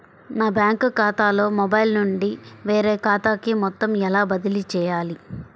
నా బ్యాంక్ ఖాతాలో మొబైల్ నుండి వేరే ఖాతాకి మొత్తం ఎలా బదిలీ చేయాలి?